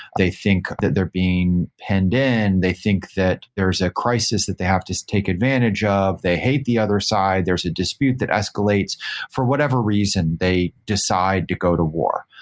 they think that they're being penned in. they think that there's a crisis that they have to take advantage of. they hate the other side. there's a dispute that escalates for whatever reason they decide to go to war.